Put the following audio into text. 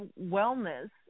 wellness